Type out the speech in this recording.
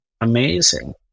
amazing